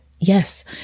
yes